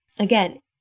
Again